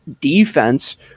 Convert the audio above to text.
defense